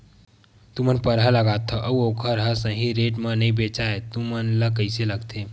तू मन परहा लगाथव अउ ओखर हा सही रेट मा नई बेचवाए तू मन ला कइसे लगथे?